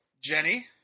Jenny